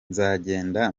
nzagenda